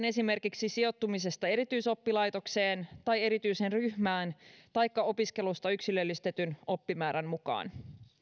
esimerkiksi sijoittumisesta erityisoppilaitokseen tai erityiseen ryhmään taikka opiskelusta yksilöllistetyn oppimäärän mukaan